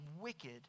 wicked